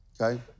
okay